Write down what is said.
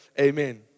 Amen